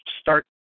start